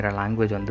language